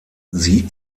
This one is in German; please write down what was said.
sie